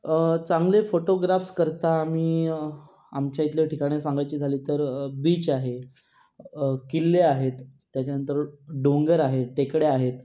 चांगले फोटोग्राफ्सकरता आम्ही आमच्या इथल्या ठिकाणं सांगायची झाली तर बीच आहे किल्ले आहेत त्याच्यानंतर डोंगर आहे टेकड्या आहेत